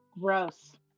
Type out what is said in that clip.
Gross